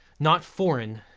not foreign,